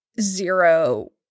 zero